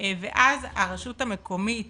ואז הרשות המקומית